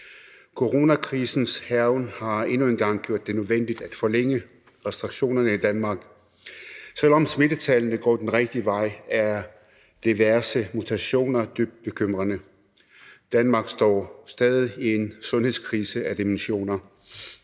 Coronakrisens hærgen har endnu en gang gjort det nødvendigt at forlænge restriktionerne i Danmark. Selv om smittetallene går den rigtige vej, er diverse mutationer dybt bekymrende. Danmark står stadig i en sundhedskrise af dimensioner,